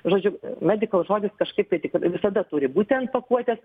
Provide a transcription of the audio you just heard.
žodžiu medikal žodis kažkaip tai tik visada turi būti ant pakuotės